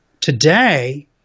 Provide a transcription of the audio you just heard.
Today